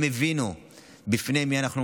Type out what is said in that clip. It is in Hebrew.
הם הבינו בפני מי אנחנו עומדים.